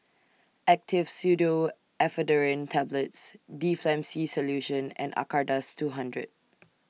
Actifed Pseudoephedrine Tablets Difflam C Solution and Acardust two hundred